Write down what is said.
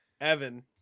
evan